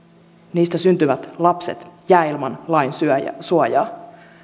niistä syntyvät lapset jäävät ilman lain suojaa suojaa